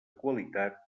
qualitat